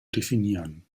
definieren